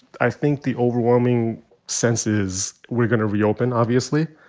i think the overwhelming sense is we're going to reopen, obviously.